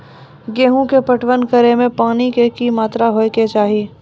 गेहूँ के पटवन करै मे पानी के कि मात्रा होय केचाही?